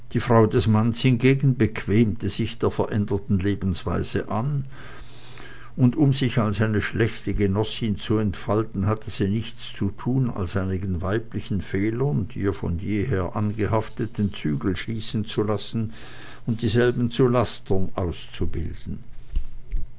die frau des manz hingegen bequemte sich der veränderten lebensweise an und um sich als eine schlechte genossin zu entfalten hatte sie nichts zu tun als einigen weiblichen fehlern die ihr von jeher angehaftet den zügel schießen zu lassen und dieselben zu lastern auszubilden